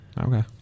Okay